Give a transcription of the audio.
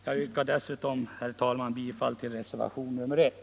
Jag yrkar dessutom, herr talman, bifall till reservationen nr 1.